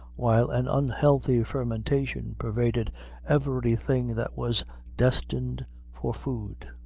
while an unhealthy fermentation pervaded every thing that was destined for food.